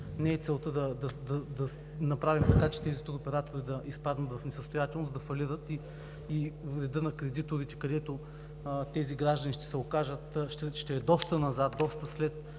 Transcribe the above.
не е да направим така, че тези туроператори да изпаднат в несъстоятелност, да фалират и видът на кредиторите, където тези граждани ще се окажат доста назад, доста след